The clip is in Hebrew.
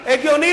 הגיוני,